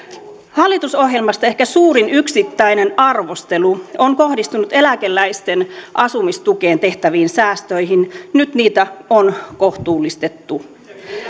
hallitusohjelmasta ehkä suurin yksittäinen arvostelu on kohdistunut eläkeläisten asumistukeen tehtäviin säästöihin nyt niitä on kohtuullistettu